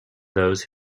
those